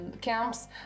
camps